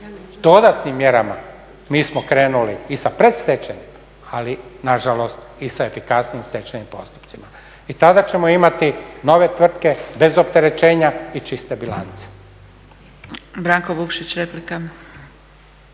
dodatnim mjerama. Mi smo krenuli i sa predstečajnim, ali nažalost i sa … stečajnim postupcima. I tada ćemo imati nove tvrtke bez opterećenja i čiste bilance.